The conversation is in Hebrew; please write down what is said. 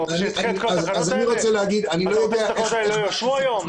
אתה רוצה שהתקנות האלה לא יאושרו היום?